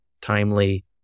timely